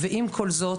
עם כל זאת,